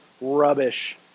rubbish